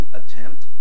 attempt